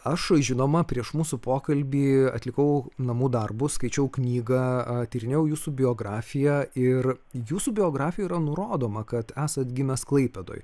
aš žinoma prieš mūsų pokalbį atlikau namų darbus skaičiau knygą tyrinėjau jūsų biografiją ir jūsų biografijoj yra nurodoma kad esat gimęs klaipėdoj